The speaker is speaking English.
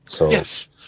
Yes